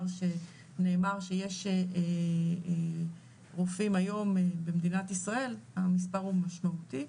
שנאמר שיש רופאים היום במדינת ישראל המספר הוא משמעותי,